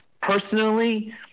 personally